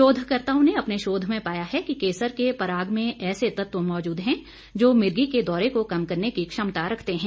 शोधकर्त्ताओं ने अपने शोध में पाया है कि केसर के पराग में ऐसे तत्व मौजूद है जो मिर्गी के दौरे को कम करने की क्षमता रखते हैं